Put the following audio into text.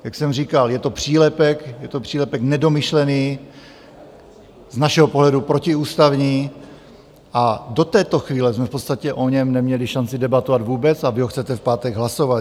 Jak jsem říkal, je to přílepek, je to přílepek nedomyšlený, z našeho pohledu protiústavní, a do této chvíle jsme v podstatě o něm neměli šanci debatovat vůbec a vy ho chcete v pátek hlasovat.